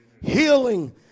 healing